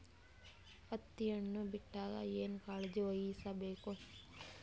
ಹತ್ತಿ ಹಣ್ಣು ಬಿಟ್ಟಾಗ ಏನ ಕಾಳಜಿ ವಹಿಸ ಬೇಕು?